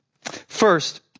first